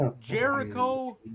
Jericho